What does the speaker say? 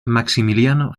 maximiliano